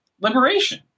Liberation